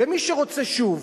ומי שרוצה שוב